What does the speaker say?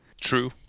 True